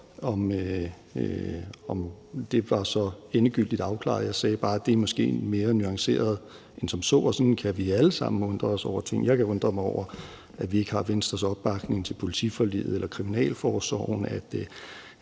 om det var så endegyldigt afklaret. Jeg sagde bare, at det måske er mere nuanceret end som så. Og sådan kan vi alle sammen undre os over ting. Jeg kan undre mig over, at vi ikke har Venstres opbakning til politiforliget, eller at der i forhold